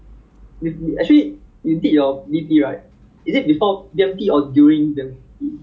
actually P_T_P and B_P right are trainings before B_M_T B_M_T is not actually like